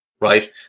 right